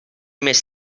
més